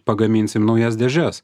pagaminsim naujas dėžes